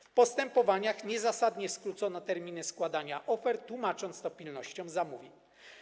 W postępowaniach niezasadnie skrócono terminy składania ofert, tłumacząc to pilnością zamówień.